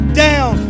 down